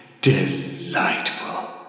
Delightful